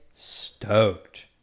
Stoked